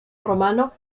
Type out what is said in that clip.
romano